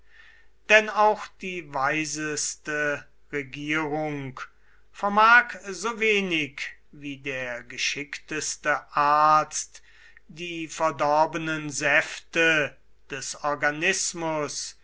denn auch die weiseste regierung vermag so wenig wie der geschickteste arzt die verdorbenen säfte des organismus